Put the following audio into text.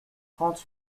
trente